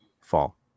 Fall